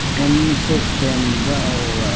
and you thought then, well,